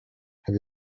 have